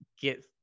get